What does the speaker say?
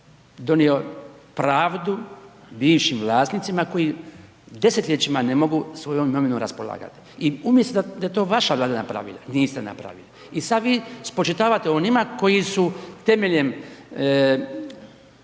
donio pravdu bivšim vlasnicima koji desetljećima ne mogu svojom imovinom raspolagati. I umjesto da je to vaša vlada napravila, niste napravili. I sad vi spočitavate onima koji su temeljem